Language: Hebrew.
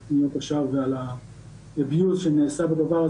נשמח לקבל את